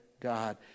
God